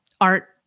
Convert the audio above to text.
art